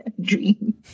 dream